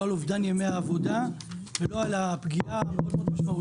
לא על אובדן ימי עבודה ולא על הפגיעה המשמעותית